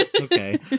okay